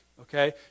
okay